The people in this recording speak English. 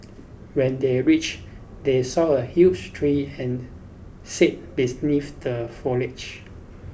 when they reached they saw a huge tree and sat the foliage